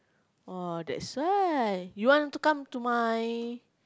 orh that's why you want to come to my